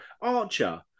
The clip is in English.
Archer